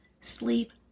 sleep